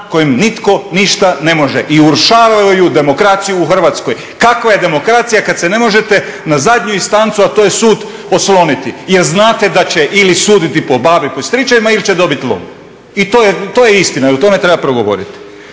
kojem nitko ništa ne može i urušavaju demokraciju u Hrvatskoj. Kakva je demokracija kad se ne možete na …, a to je sud, osloniti jer znate da će ili suditi po … ili će dobiti lovu. I to je istina, to ne treba ….